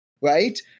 Right